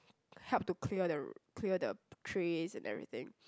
help to clear the r~ clear the trays and everything